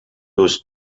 was